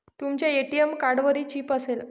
तुमच्या ए.टी.एम कार्डवरही चिप असेल